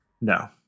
No